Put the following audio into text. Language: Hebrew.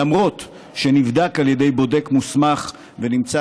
למרות שנבדק על ידי בודק מוסמך ונמצא